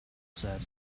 said